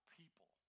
people